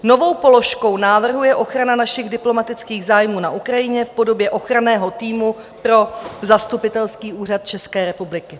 Novou položkou je ochrana našich diplomatických zájmů na Ukrajině v podobě ochranného týmu pro zastupitelský úřad České republiky.